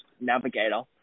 navigator